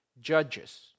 judges